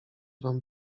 wam